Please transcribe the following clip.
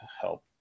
help